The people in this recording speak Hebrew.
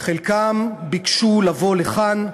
חלקם ביקשו לבוא לכאן,